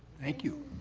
thank you.